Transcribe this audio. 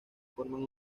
forman